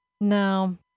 No